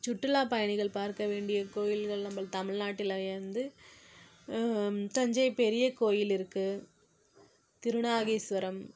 சுற்றுலாப் பயணிகள் பார்க்க வேண்டிய கோயில்கள் நம்மள் தமிழ்நாட்டில் வந்து தஞ்சை பெரிய கோயில் இருக்குது திருநாகேஸ்வரம்